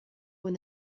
when